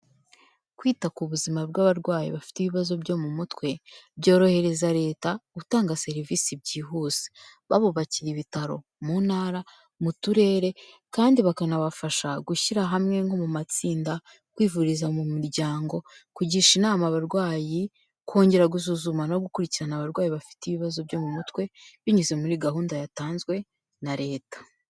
Kwita ku buzima bw'abarwayi bafite ibibazo byo mu mutwe, byorohereza Leta gutanga serivisi byihuse. Babubakiye ibitaro mu Ntara, mu Turere kandi bakanabafasha gushyira hamwe nko mu matsinda, kwivuriza mu miryango, kugisha inama abarwayi, kongera gusuzuma no gukurikirana abarwayi bafite ibibazo byo mu mutwe binyuze muri gahunda yatanzwe na Leta.